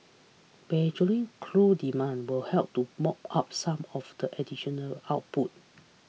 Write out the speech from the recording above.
burgeoning crude demand will help to mop up some of the additional output